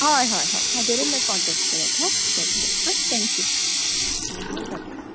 हय हय हय हाजेरूच मागीर कॉनटेक्ट करात हा बरें बरें हा थॅक्यू हा बरें